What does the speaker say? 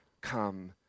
come